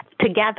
together